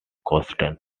constant